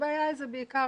הבעיה היא בעיקר